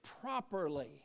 properly